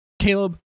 caleb